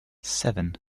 seven